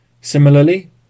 Similarly